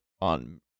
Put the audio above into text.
on